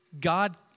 God